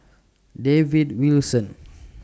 David Wilson